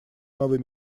новый